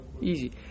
easy